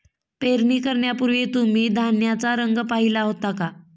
पेरणी करण्यापूर्वी तुम्ही धान्याचा रंग पाहीला होता का?